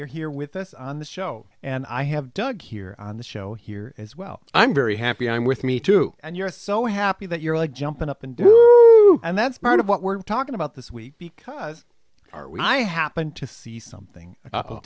you're here with us on the show and i have doug here on the show here as well i'm very happy i'm with me too and you're so happy that you're like jumping up and and that's part of what we're talking about this week because i happened to see something